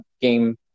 game